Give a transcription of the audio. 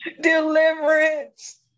Deliverance